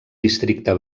districte